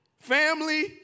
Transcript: family